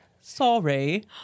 sorry